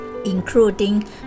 including